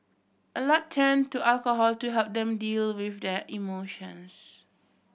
a lot turn to alcohol to help them deal with their emotions